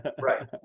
right